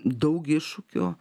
daug iššūkių